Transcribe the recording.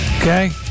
Okay